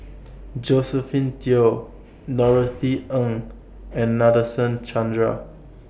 Josephine Teo Norothy Ng and Nadasen Chandra